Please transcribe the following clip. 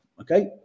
okay